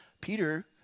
Peter